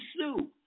sue